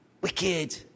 wicked